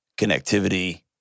connectivity